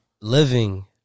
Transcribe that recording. living